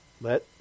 Let